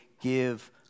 Give